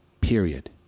Period